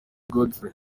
godfrey